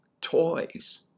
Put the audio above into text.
toys